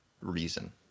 reason